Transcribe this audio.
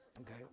Okay